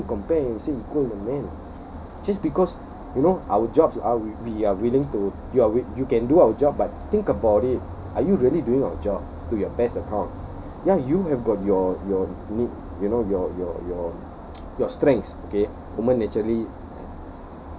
how can women compare and you say equal with the men just because you know our jobs ah w~ we are willing to you are you can do our job but think about it are you really doing your job to your best account ya you've got your your need you know your your your your strengths okay women naturally